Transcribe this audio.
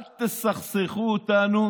אל תסכסכו אותנו